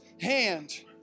hand